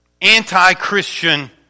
anti-Christian